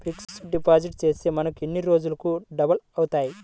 Fixed deposit చేస్తే మనకు ఎన్ని రోజులకు డబల్ అవుతాయి?